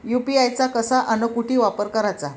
UPI चा कसा अन कुटी वापर कराचा?